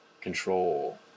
control